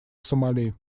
сомали